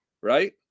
right